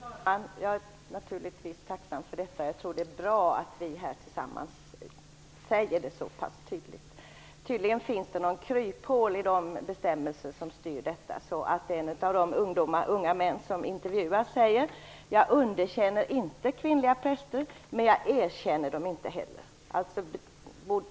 Fru talman! Jag är naturligtvis tacksam för detta. Jag tror att det är bra att vi här tillsammans säger det så pass tydligt. Tydligen finns det något kryphål i bestämmelserna. En av de unga män som har intervjuats säger: "Jag underkänner inte kvinnliga präster - men jag erkänner dem inte heller."